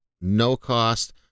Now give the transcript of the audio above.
no-cost